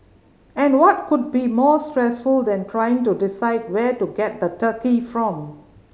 and what could be more stressful than trying to decide where to get the turkey from